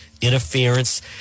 interference